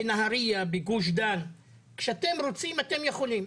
בנהריה, בגוש דן, כשאתם רוצים אתם יכולים.